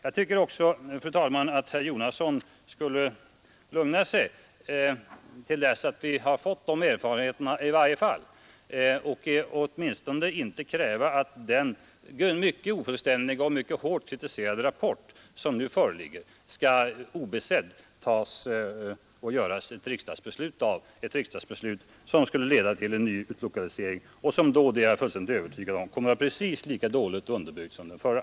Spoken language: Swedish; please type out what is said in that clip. Jag tycker också, fru talman, att herr Jonasson skulle lugna sig till dess att vi har fått de här erfarenheterna och åtminstone inte kräva att den mycket ofullständiga och mycket hårt kritiserade rapport som nu föreligger skall obesedd läggas till grund för ett riksdagsbeslut. Ett sådant riksdagsbeslut skulle leda till en ny utlokalisering, som kommer att vara precis lika dåligt underbyggd som den förra.